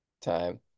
time